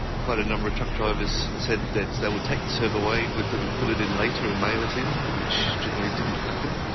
quite a number of truck drivers said that they would take the survey away with them and fill it in later and mail it in which generally didn't happen.